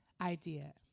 idea